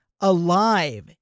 alive